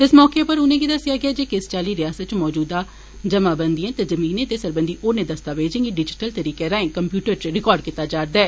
इस मौके उप्पर उनें'गी दस्सेआ गेआ जे किस चाल्ली रिआसत च मौजूदा जमाबंदिएं ते जमीनें दे सरबंधी होरनें दस्तावेजें गी डिजिटल तरीके राएं कम्प्यूटरें च रिकार्ड कीता जा'रदा ऐ